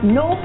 no